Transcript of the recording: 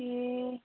ए